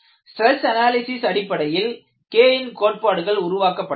stress analysis அடிப்படையில் K ன் கோட்பாடுகள் உருவாக்கப்பட்டன